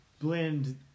blend